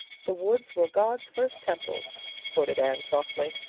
the woods were god's first temples quoted anne softly.